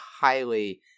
highly